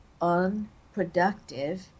unproductive